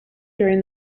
during